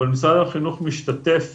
ומשרד החינוך משתתף